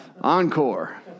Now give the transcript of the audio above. Encore